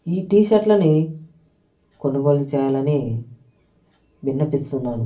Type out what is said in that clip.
ఈ టీ షర్ట్లని కొనుగోలు చేయాలని విన్నపిస్తున్నాను